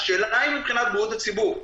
השאלה היא מבחינת בריאות הציבור.